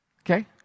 Okay